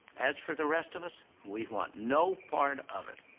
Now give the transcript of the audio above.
as for the rest of us we want no part of it.